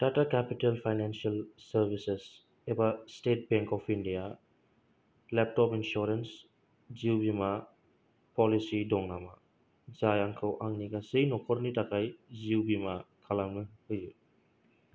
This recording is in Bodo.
टाटा केपिटेल फाइनेन्सियेल सार्भिसेस एबा state bank of India laptop insurance जिउ बीमा प'लिसि दं नामा जाय आंखौ आंनि गासै न'खरनि थाखाय जिउ बीमा खालामनो होयो